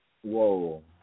Whoa